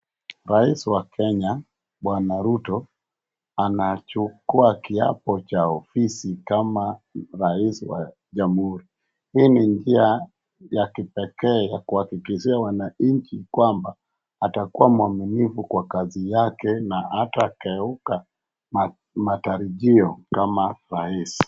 Rais wa Kenya bwana Ruto anachukua kiapo cha ofisi kama raisi wa jamhuri. Hii ni njia ya kipekee ya kuhakikishia wananchi kwamba atakuwa mwaminifu kwa kazi yake na hatakeuka matarajio kama rais.